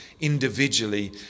individually